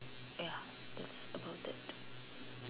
ya that's about it